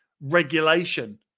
regulation